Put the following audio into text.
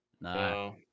No